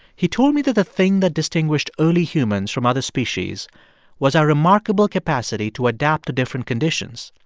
he told me that the thing that distinguished early humans from other species was our remarkable capacity to adapt to different conditions,